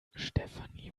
stefanie